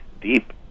deep